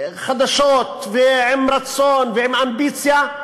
חדשות ועם רצון ועם אמביציה,